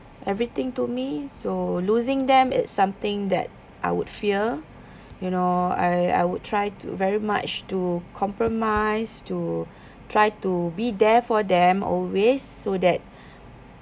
everything to me so losing them it's something that I would fear you know I I would try to very much to compromise to try to be there for them always so that